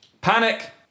Panic